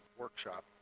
workshop